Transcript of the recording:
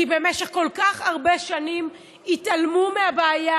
כי במשך כל כך הרבה שנים התעלמו מהבעיה,